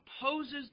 opposes